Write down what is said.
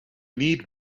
need